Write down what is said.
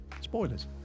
spoilers